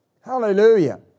Hallelujah